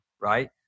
right